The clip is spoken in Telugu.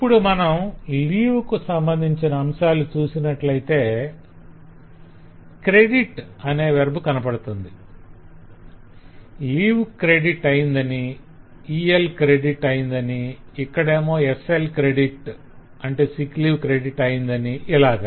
ఇప్పుడు మనం 'leave' కు సంబంధించిన అంశాలు చూసినట్లయితే 'credit' అనే వెర్బ్ కనపడుతుంది - 'leave credit' అయిందని 'EL credit' అయిందని ఇక్కడేమో 'SL credit' అయిందని ఇలాగా